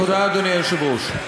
תודה, אדוני היושב-ראש.